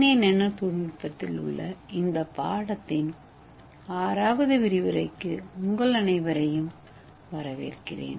ஏ nano தொழில்நுட்பத்தில் உள்ள இந்த பாடத்தின் 6வது விரிவுரைக்கு உங்கள் அனைவரையும் வரவேற்கிறேன்